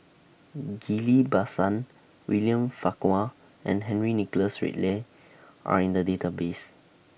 Ghillie BaSan William Farquhar and Henry Nicholas Ridley Are in The Database